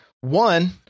One